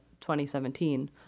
2017